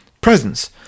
presents